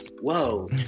whoa